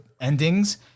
endings